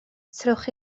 trowch